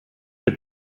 with